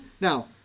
Now